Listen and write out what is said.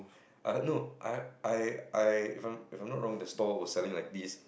I heard no I I I if I'm if I'm not wrong the stall was selling like this